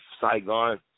Saigon